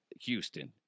Houston